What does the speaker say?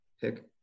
pick